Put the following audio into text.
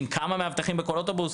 כמה מאבטחים בכל אוטובוס?